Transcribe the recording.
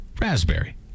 Raspberry